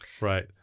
Right